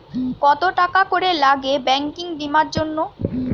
কত টাকা করে লাগে ব্যাঙ্কিং বিমার জন্য?